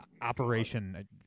operation